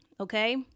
Okay